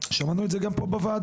שמענו את זה גם פה בוועדה.